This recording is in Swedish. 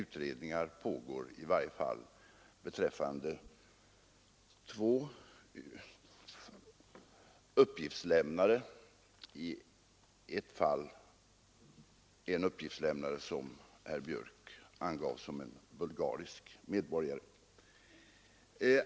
Utredningar pågår i varje fall rörande två uppgiftslämnare. I det ena fallet gäller det en uppgiftslämnare som herr Björck här angav som bulgarisk medborgare.